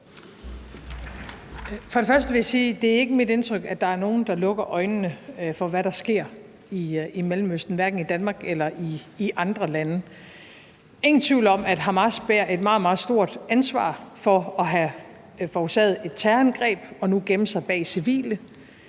For det første vil jeg sige, at det ikke er mit indtryk, at der er nogen, der lukker øjnene for, hvad der sker i Mellemøsten – hverken i Danmark eller i andre lande. Der er ingen tvivl om, at Hamas bærer et meget, meget stort ansvar for at have forårsaget et terrorangreb og nu gemmer sig bag civile.